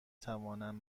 توانند